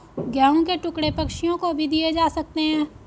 गेहूं के टुकड़े पक्षियों को भी दिए जा सकते हैं